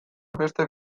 beste